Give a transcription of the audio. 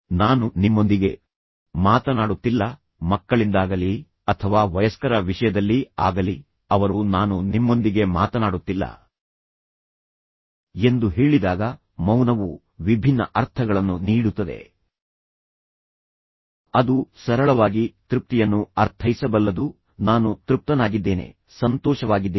ನಾನು ನಿಮ್ಮೊಂದಿಗೆ ಮಾತನಾಡುತ್ತಿಲ್ಲ ಮಕ್ಕಳಿಂದಾಗಲಿ ಅಥವಾ ವಯಸ್ಕರ ವಿಷಯದಲ್ಲಿ ಆಗಲಿ ಅವರು ನಾನು ನಿಮ್ಮೊಂದಿಗೆ ಮಾತನಾಡುತ್ತಿಲ್ಲ ಎಂದು ಹೇಳಿದಾಗ ಮೌನವು ವಿಭಿನ್ನ ಅರ್ಥಗಳನ್ನು ನೀಡುತ್ತದೆ ಅದು ಸರಳವಾಗಿ ತೃಪ್ತಿಯನ್ನು ಅರ್ಥೈಸಬಲ್ಲದು ನಾನು ತೃಪ್ತನಾಗಿದ್ದೇನೆ ಸಂತೋಷವಾಗಿದ್ದೇನೆ